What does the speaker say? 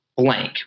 Blank